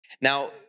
Now